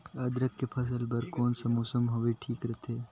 अदरक के फसल बार कोन सा मौसम हवे ठीक रथे?